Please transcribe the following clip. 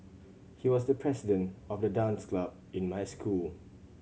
he was the president of the dance club in my school